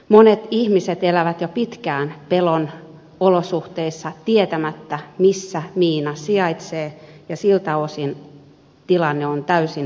monet ihmiset elävät pitkään pelon olosuhteissa tietämättä missä miina sijaitsee ja siltä osin tilanne on täysin hyväksymätön